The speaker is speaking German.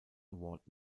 award